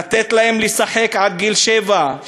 לתת להם לשחק עד גיל שבע,